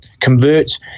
converts